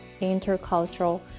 intercultural